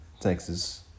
Texas